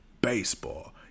baseball